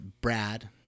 Brad